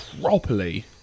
properly